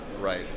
Right